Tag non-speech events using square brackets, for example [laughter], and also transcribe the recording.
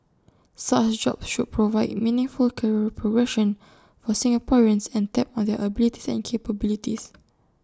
such jobs should provide meaningful career progression for Singaporeans and tap on their abilities and capabilities [noise]